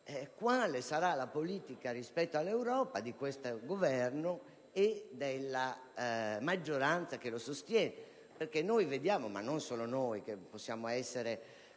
quale sarà la politica rispetto all'Europa di questo Governo e della maggioranza che lo sostiene. Infatti, non solo noi, che possiamo essere